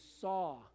saw